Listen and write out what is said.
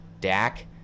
Dak